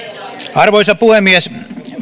arvoisa puhemies